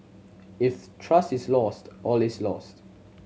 if trust is lost all is lost